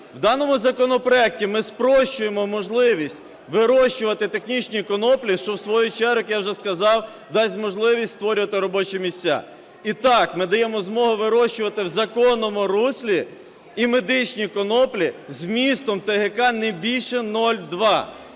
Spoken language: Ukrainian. В даному законопроекті ми спрощуємо можливість вирощувати технічні коноплі, що в свою чергу, як я вже сказав, дасть можливість створювати робочі місця. І так, ми даємо змогу вирощувати в законному руслі і медичні коноплі з вмістом ТГК не більше 0,2.